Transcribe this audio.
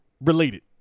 related